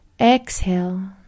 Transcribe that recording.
exhale